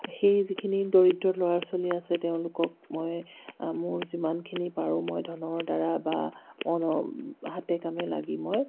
সেই যিখিনি দৰিদ্ৰ ল'ৰা ছোৱালী আছে তেওঁলোকক মই মোৰ যিমানখিনি পাৰোঁ মই ধনৰদ্বাৰা বা হাতে কামে লাগি মই